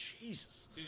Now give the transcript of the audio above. Jesus